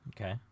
Okay